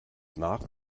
nach